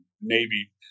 Navy